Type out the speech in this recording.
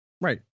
Right